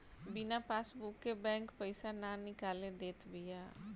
बिना पासबुक के बैंक पईसा ना निकाले देत बिया